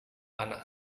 anak